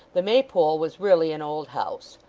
the maypole was really an old house,